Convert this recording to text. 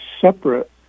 separate